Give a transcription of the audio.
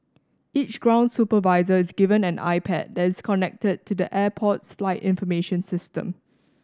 each ground supervisor is given an iPad that is connected to the airport's flight information system